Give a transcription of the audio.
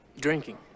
drinking